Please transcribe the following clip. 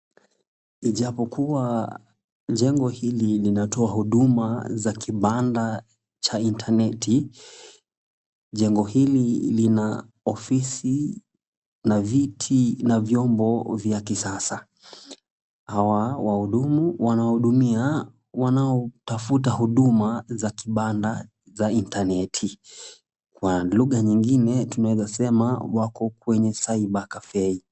Ijapokuwa jengo hili linatoa huduma za kibanda cha intaneti , jengo hili lina ofisi na viti na vyombo vya kisasa. Hawa wahudumu wanawahudumia wanaotafuta huduma za kibanda za intaneti . Kwa lugha nyingine tunaweza sema wako kwenye cyber cafe